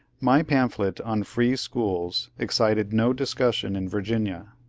my pamphlet on free schools excited no discussion in vir ginia.